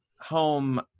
home